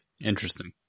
Interesting